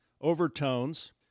overtones